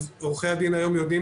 אז עורכי הדין היום יודעים